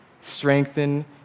strengthen